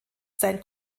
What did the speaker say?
sein